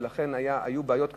ולכן היו בעיות קשות.